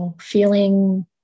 feeling